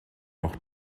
noch